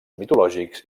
mitològics